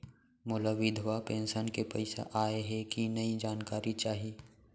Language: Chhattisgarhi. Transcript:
मोला विधवा पेंशन के पइसा आय हे कि नई जानकारी चाही?